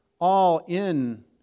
all-in